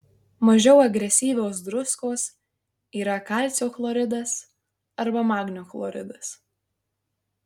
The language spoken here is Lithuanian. mažiau agresyvios druskos yra kalcio chloridas arba magnio chloridas